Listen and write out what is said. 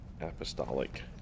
apostolic